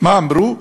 מה אמרו?